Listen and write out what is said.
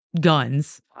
Guns